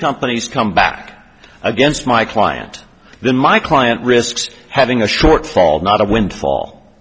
companies come back against my client then my client risks having a shortfall not a windfall